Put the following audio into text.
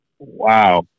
Wow